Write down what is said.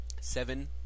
Seven